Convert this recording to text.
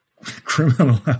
criminal